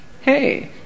Hey